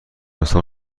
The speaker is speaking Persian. استخدام